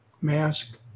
mask